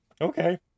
Okay